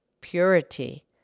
purity